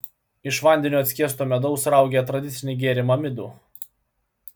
iš vandeniu atskiesto medaus raugė tradicinį gėrimą midų